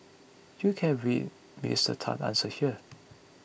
you can read Minister Tan's answer here